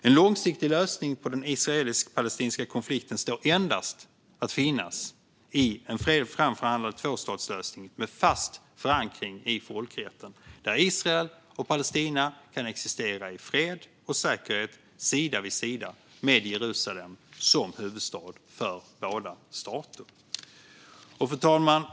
En långsiktig lösning på den israelisk-palestinska konflikten står endast att finna i en framförhandlad tvåstatslösning med fast förankring i folkrätten, där Israel och Palestina kan existera i fred och säkerhet sida vid sida och med Jerusalem som huvudstad för båda staterna. Fru talman!